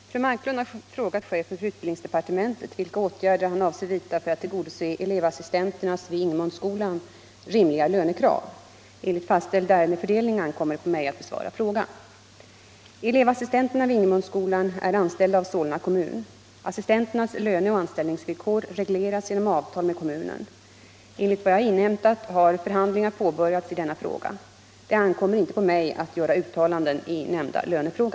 Herr talman! Fru Marklund har frågat chefen för utbildningsdepartementet vilka åtgärder han avser vidta för att tillgodose elevassistenternas vid Ingemundsskolan rimliga lönekrav. Enligt fastställd ärendefördelning ankommer det på mig att besvara frågan. Elevassistenterna vid Ingemundsskolan är anställda av Solna kommun. Assistenternas löneoch anställningsvillkor regleras genom avtal med kommunen. Enligt vad jag har inhämtat har förhandlingar påbörjats i denna fråga. Det ankommer inte på mig att göra uttalanden i nämnda lönefråga.